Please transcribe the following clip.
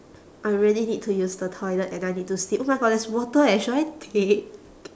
I really need to use the toilet and I need to sip oh my god there's water eh should I take